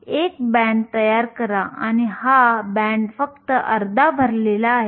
तर ती सामग्री आहे आणि μe आणि μh ही इलेक्ट्रॉन आणि छिद्रांची गतिशीलता आहे